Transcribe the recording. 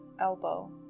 elbow